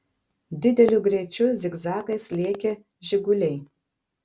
dideliu greičiu zigzagais lėkė žiguliai